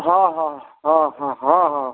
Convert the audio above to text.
ହଁ ହଁ ହଁ ହଁ ହଁ ହଁ